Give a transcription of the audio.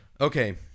Okay